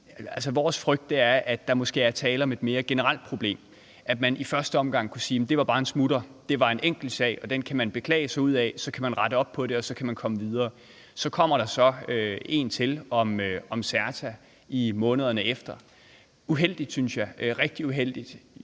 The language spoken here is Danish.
Vores frygt er, at der er tale om et mere generelt problem. I første omgang kunne man sige, at det bare var en smutter, en enkeltsag, som man kan beklage sig ud af, rette op på og komme videre. Så kommer der så en til om CERTA i månederne efter. Det er rigtig uheldigt,